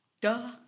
duh